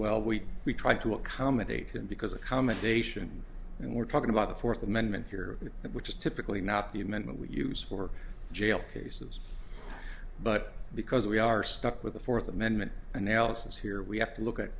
well we we try to accommodate him because accommodation and we're talking about the fourth amendment here which is typically not the amendment we use for jail cases but because we are stuck with the fourth amendment analysis here we have to look at